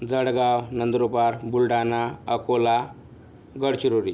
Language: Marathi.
जळगाव नंदुरबार बुलढाणा अकोला गडचिरोली